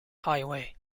highway